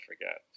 forget